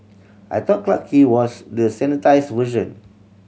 I thought Clarke Quay was the sanitised version